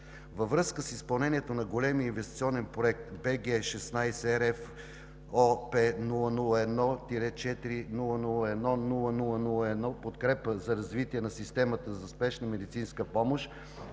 Във връзка с изпълнението на големия Инвестиционен проект „BG 16 RFOP 001-4 001 0001“ – „Подкрепа за развитие на системата за спешна медицинска помощ“,